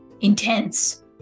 intense